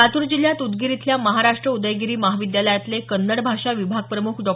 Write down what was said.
लातूर जिल्ह्यात उदगीर इथल्या महाराष्ट्र उदयगिरी महाविद्यालयातले कन्नड भाषा विभागप्रमुख डॉ